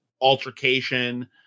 altercation